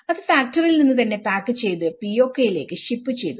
അത് ഫാക്ടറിയിൽ നിന്ന് തന്നെ പാക്ക് ചെയ്തുPOK യിലേക്ക് ഷിപ് ചെയ്തു